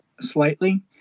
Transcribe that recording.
slightly